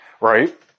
right